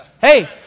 Hey